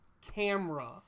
camera